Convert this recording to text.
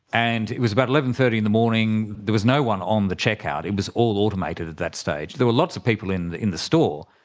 and it was about eleven. thirty in the morning, there was no one on the checkout, it was all automated at that stage. there were lots of people in the in the store.